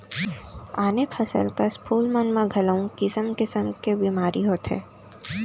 आने फसल कस फूल मन म घलौ किसम किसम के बेमारी होथे